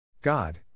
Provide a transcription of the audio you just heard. God